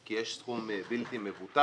כי יש סכום בלתי מבוטל.